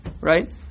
right